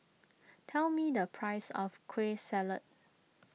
tell me the price of Kueh Salat